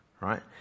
right